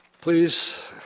Please